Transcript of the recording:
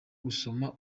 gusoma